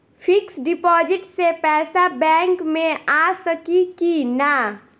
Fix deposit से पैसा बैक मे आ सकी कि ना?